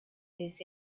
his